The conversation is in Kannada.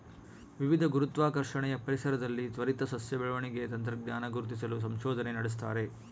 ವಿವಿಧ ಗುರುತ್ವಾಕರ್ಷಣೆಯ ಪರಿಸರದಲ್ಲಿ ತ್ವರಿತ ಸಸ್ಯ ಬೆಳವಣಿಗೆ ತಂತ್ರಜ್ಞಾನ ಗುರುತಿಸಲು ಸಂಶೋಧನೆ ನಡೆಸ್ತಾರೆ